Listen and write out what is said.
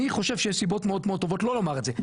אני חושב שיש סיבות מאוד מאוד טובות לא לומר את זה,